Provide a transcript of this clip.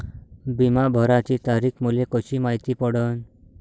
बिमा भराची तारीख मले कशी मायती पडन?